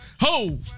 Ho